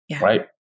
Right